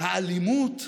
האלימות,